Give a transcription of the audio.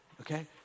okay